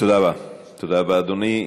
תודה רבה, אדוני.